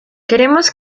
queremos